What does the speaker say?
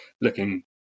looking